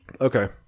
Okay